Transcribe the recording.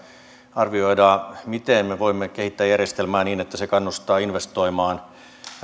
miten me voimme kehittää järjestelmää niin että se kannustaa investoimaan